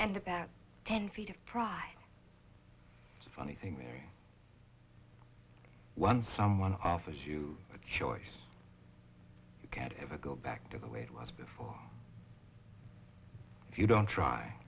and about ten feet of try the funny thing larry once someone offers you a choice you can't ever go back to the way it was before if you don't try